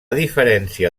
diferència